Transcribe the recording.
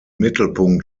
mittelpunkt